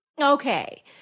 Okay